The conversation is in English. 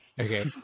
Okay